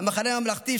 המחנה הממלכתי,